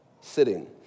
sitting